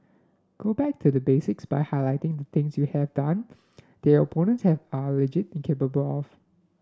go back to the basics by highlighting the things you have done that your opponents have are alleged incapable of